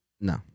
No